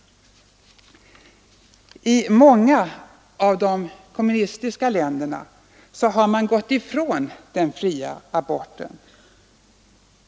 I många av de kommunistiska länderna har man gått ifrån den fria aborten.